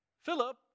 Philip